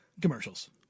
Commercials